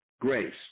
grace